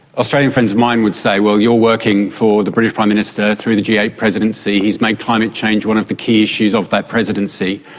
australian friends of mine would say, well, you're working for the british prime minister through the g eight presidency, he has made climate change one of the key issues of that presidency,